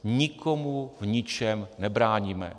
Nikomu v ničem nebráníme.